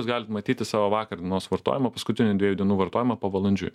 jūs galit matyti savo vakar dienos vartojimą paskutinių dviejų dienų vartojimą pavalandžiui